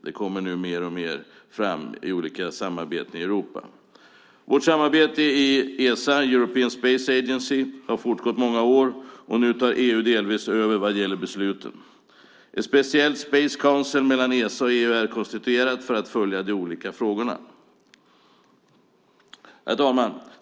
Det kommer mer och mer i olika samarbeten i Europa. Vårt samarbete i ESA, European Space Agency, har pågått i många år. Nu tar EU delvis över när det gäller besluten. Ett speciellt Space Council mellan ESA och EU är konstituerat för att följa de olika frågorna. Herr talman!